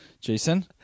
Jason